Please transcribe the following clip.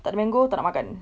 tak ada mango tak nak makan